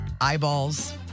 Eyeballs